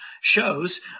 shows